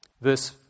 verse